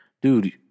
dude